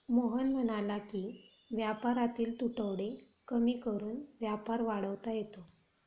मोहन म्हणाला की व्यापारातील तुटवडे कमी करून व्यापार वाढवता येतो